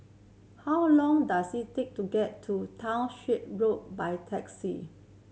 how long does it take to get to Townshend Road by taxi